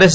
yes